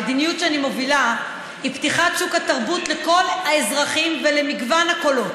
המדיניות שאני מובילה היא פתיחת שוק התרבות לכל האזרחים ולמגוון הקולות.